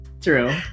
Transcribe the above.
True